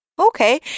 Okay